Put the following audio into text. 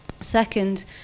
Second